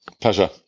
Pleasure